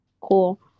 Cool